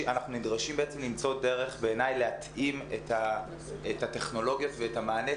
אנחנו נדרשים בעצם למצוא דרך להתאים את הטכנולוגיות ואת המענה,